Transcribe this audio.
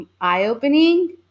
eye-opening